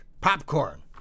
popcorn